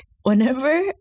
whenever